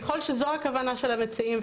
ככל שזו הכוונה של המציעים,